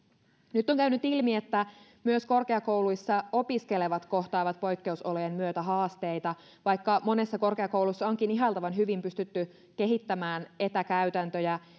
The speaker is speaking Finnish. nyt on käynyt ilmi että myös korkeakouluissa opiskelevat kohtaavat poikkeusolojen myötä haasteita vaikka monessa korkeakoulussa onkin ihailtavan hyvin pystytty kehittämään etäkäytäntöjä